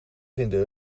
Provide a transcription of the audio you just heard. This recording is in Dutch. vinden